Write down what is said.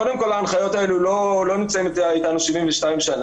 קודם כל ההנחיות האלה לא נמצאים איתנו 72 שנה,